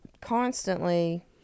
constantly